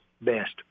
best